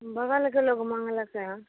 बगलके लोक मँगलकए